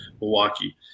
Milwaukee